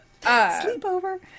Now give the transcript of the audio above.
sleepover